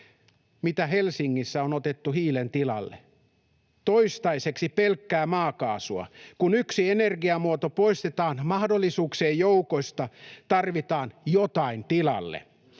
Mitä Helsingissä on otettu hiilen tilalle? Toistaiseksi pelkkää maakaasua. Kun yksi energiamuoto poistetaan mahdollisuuksien joukosta, tarvitaan jotain tilalle.